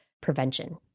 prevention